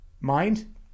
Mind